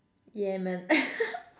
Yemen